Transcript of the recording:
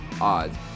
odds